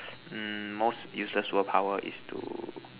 mm most useless superpower is to